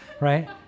right